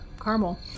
caramel